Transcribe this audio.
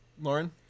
Lauren